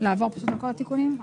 עוברת על התיקונים.